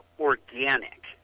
organic